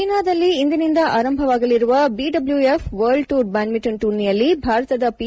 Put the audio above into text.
ಚೀನಾದಲ್ಲಿ ಇಂದಿನಿಂದ ಆರಂಭವಾಗಲಿರುವ ಬಿಡಬ್ಲೂಎಫ್ ವರ್ಲ್ಡ್ ಟೂರ್ ಬ್ಯಾಡ್ಟಿಂಟನ್ ಟೂರ್ನಿಯಲ್ಲಿ ಭಾರತದ ಪಿ